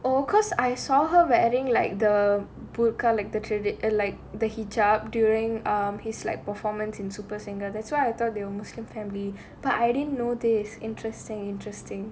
oh because I saw her wedding like the book collectors alike the heat up during his like performance in super single that's why I thought they will muslim family but I didn't know this interesting interesting